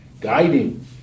guiding